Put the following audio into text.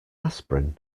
aspirin